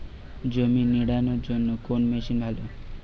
জমি নিড়ানোর জন্য কোন মেশিন ভালো?